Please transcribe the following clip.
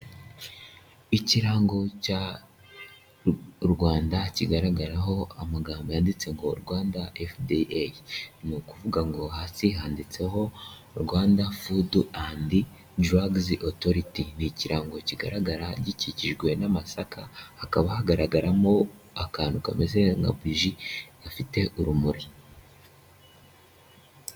Ikirango cya Rwanda kigaragaraho amagambo yanditse ngo Rwanda fda ni ukuvuga ngo hasi handitseho Rwanda fudu andi daragizi otoroti, ni ikirango kigaragara gikikijwe n'amasaka hakaba hagaragaramo akantu kameze nka buji gafite urumuri.